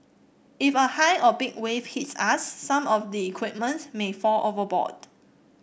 if a high or big wave hits us some of the equipment may fall overboard